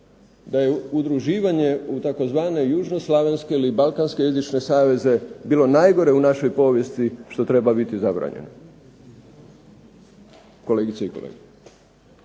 da je udruživanje u tzv. južnoslavenske ili balkanske saveze bilo najgore u našoj povijesti što treba biti zabranjeno, kolegice i kolege?